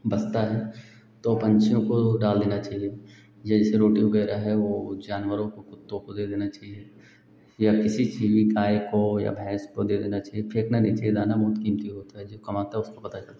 बचता है तो पक्षियों को डाल देना चाहिए जैसे रोटी वगैरह है वह जानवरों को कुत्तों को दे देना चाहिए या किसी भी गाय को भैंस को दे देना चाहिए फेंकना नहीं चहिए दाना बहुत कीमती होता है जो कमाता है उसको पता चलता है